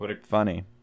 funny